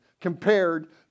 compared